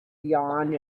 yawned